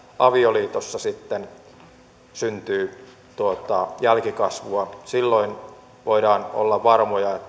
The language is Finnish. avioliitossa sitten syntyy jälkikasvua silloin voidaan olla varmoja